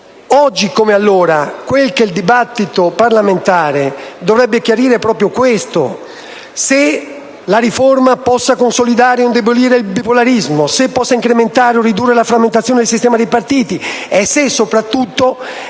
Oggi come allora, il dibattito parlamentare dovrebbe chiarire proprio questo: se la riforma possa consolidare o indebolire il bipolarismo, se possa incrementare o ridurre la frammentazione del sistema dei partiti e se, soprattutto,